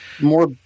more